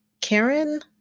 Karen